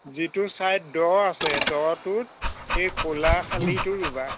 যিটো চাইড দ' আছে দ'টোত এই ক'লা শালিটো ৰুবা